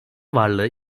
varlığı